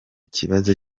kibazo